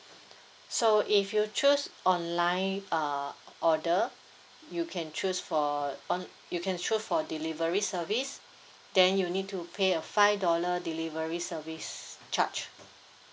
so if you choose online uh order you can choose for on you can choose for delivery service then you need to pay a five dollar delivery service charge